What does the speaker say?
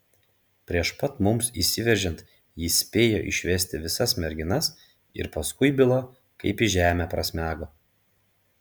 prieš pat mums įsiveržiant jis spėjo išvesti visas merginas ir paskui byla kaip į žemę prasmego